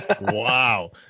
wow